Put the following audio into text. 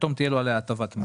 פתאום תהיה לו עליה הטבת מס.